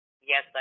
Yes